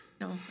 No